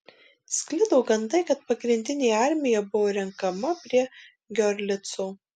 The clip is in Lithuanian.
sklido gandai kad pagrindinė armija buvo renkama prie giorlico